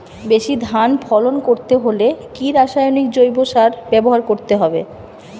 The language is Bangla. বেশি ধান ফলন করতে হলে কি রাসায়নিক জৈব সার ব্যবহার করতে হবে?